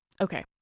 Okay